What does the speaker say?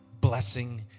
blessing